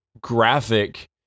graphic